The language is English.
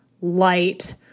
light